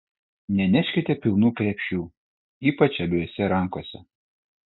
neneškite pilnų krepšių ypač abiejose rankose